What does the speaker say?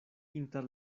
inter